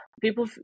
people